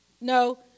No